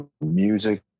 music